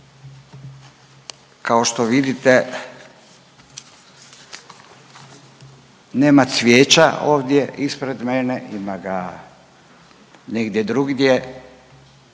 kao što vidite nema cvijeća ovdje ispred mene, ima ga negdje drugdje